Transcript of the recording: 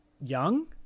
young